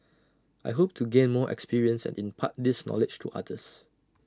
I hope to gain more experience and impart this knowledge to others